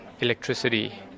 electricity